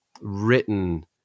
written